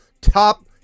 top